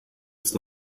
ist